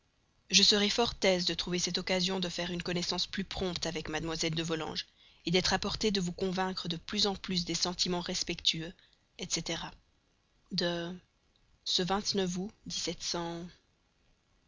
je serai fort aise de trouver cette occasion de faire une connaissance plus prompte avec mlle de volanges d'être à portée de vous convaincre de plus en plus des sentiments respectueux avec lesquels j'ai l'honneur d'être etc de ce